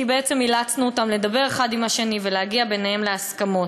כי בעצם אילצנו אותם לדבר אחד עם השני ולהגיע ביניהם להסכמות,